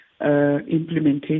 implementation